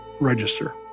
register